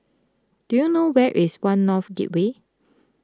do you know where is one North Gateway